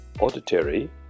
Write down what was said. auditory